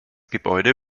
gebäude